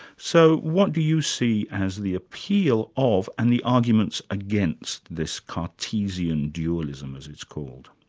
so what do you see as the appeal of, and the arguments against, this cartesian dualism, as it's called?